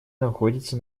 находится